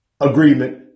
agreement